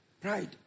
Pride